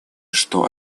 что